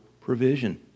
provision